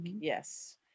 yes